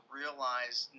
realize